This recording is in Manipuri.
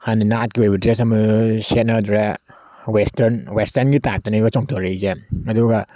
ꯍꯥꯟꯅꯩ ꯅꯥꯠꯀꯤ ꯑꯣꯏꯕ ꯗ꯭ꯔꯦꯁ ꯑꯃ ꯁꯦꯠꯅꯗ꯭ꯔꯦ ꯋꯦꯁꯇꯔꯟ ꯋꯦꯁꯇꯔꯟꯒꯤ ꯇꯥꯏꯞꯇꯅꯦꯕ ꯆꯣꯡꯊꯔꯛꯏꯁꯦ ꯑꯗꯨꯒ